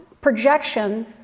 projection